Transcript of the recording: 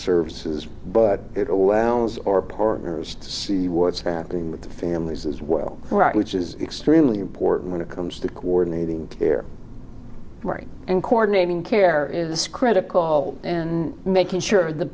services but it allows our partners to see what's happening with the families as well right which is extremely important it comes to coordinating care right and coordinating care is critical and making sure the